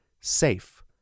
SAFE